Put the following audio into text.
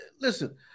listen